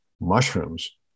mushrooms